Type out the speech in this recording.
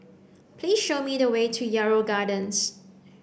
please show me the way to Yarrow Gardens